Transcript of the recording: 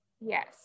Yes